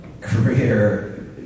career